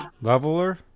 Leveler